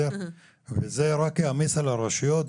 זה רק יעמיס על הרשויות.